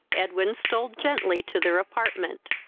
edwin stole gently to their apartment.